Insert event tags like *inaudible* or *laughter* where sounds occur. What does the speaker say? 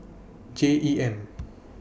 *noise* J E M